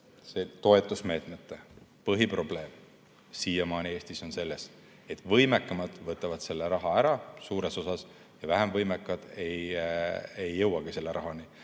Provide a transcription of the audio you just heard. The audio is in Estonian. toetusmeetmete põhiprobleem siiamaani Eestis on olnud selles, et võimekamad võtavad selle raha ära suures osas ja vähem võimekad ei jõuagi selle rahani.